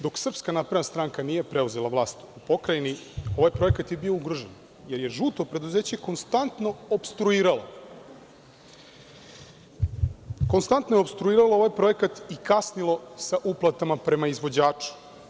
Dok SNS nije preuzela vlast u pokrajini, ovaj projekat je bio ugrožen, jer je „žuto preduzeće“ konstantno opstruiralo ovaj projekat i kasnilo sa uplatama prema izvođaču.